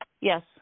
Yes